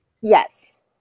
Yes